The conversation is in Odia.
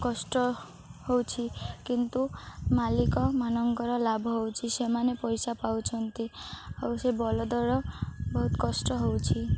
କଷ୍ଟ ହେଉଛି କିନ୍ତୁ ମାଲିକ ମାନଙ୍କର ଲାଭ ହେଉଛି ସେମାନେ ପଇସା ପାଉଛନ୍ତି ଆଉ ସେ ବଳଦର ବହୁତ କଷ୍ଟ ହେଉଛି